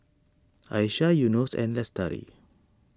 Aisyah Yunos and Lestari